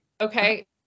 Okay